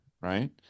right